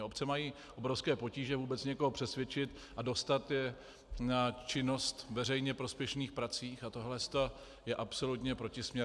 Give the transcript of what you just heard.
Obce mají obrovské potíže vůbec někoho přesvědčit a dostat je na činnost veřejně prospěšných prací a tohle je absolutně protisměrné.